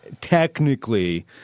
technically